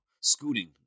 Scooting